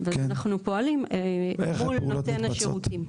אנחנו פועלים אל מול נותן השירותים.